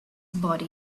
body